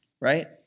right